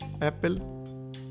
Apple